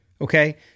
okay